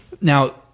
Now